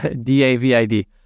D-A-V-I-D